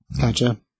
Gotcha